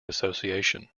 association